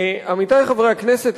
עמיתי חברי הכנסת,